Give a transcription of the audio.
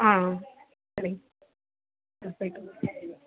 ஆ சரி ம் போய்விட்டு வாங்க